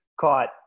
caught